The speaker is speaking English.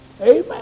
Amen